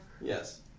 Yes